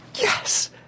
Yes